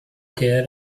care